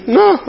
no